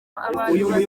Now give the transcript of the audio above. abantu